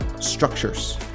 structures